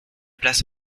place